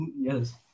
Yes